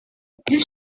did